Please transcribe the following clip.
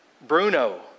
Bruno